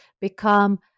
become